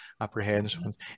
apprehensions